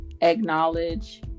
acknowledge